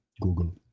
Google